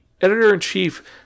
editor-in-chief